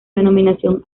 denominación